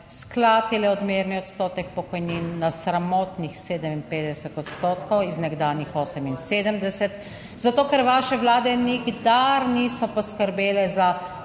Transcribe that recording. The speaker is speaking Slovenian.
sklatile odmerni odstotek pokojnin na sramotnih 57 odstotkov iz nekdanjih 78, zato ker vaše vlade nikdar niso poskrbele za